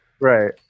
Right